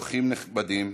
אורחים נכבדים,